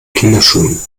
kinderschuhen